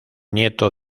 nieto